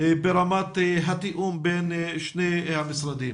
ברמת התאום בין שני המשרדים.